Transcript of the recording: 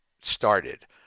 started